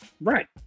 Right